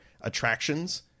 attractions